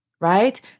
right